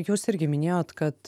jūs irgi minėjot kad